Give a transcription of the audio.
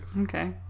Okay